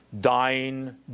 dying